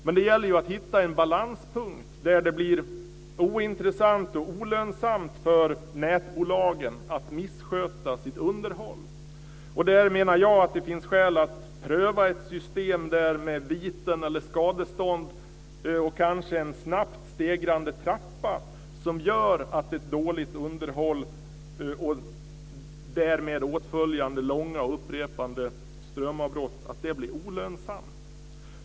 Men det gäller ju att hitta en balanspunkt där det blir ointressant och olönsamt för nätbolagen att missköta sitt underhåll. Där menar jag att det finns skäl att pröva ett system med viten eller skadestånd, och kanske en snabbt stegrande trappa, som gör att ett dåligt underhåll, och därmed följande långa, upprepade strömavbrott, blir olönsamt.